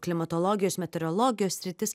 klimatologijos meteorologijos sritis